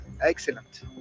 excellent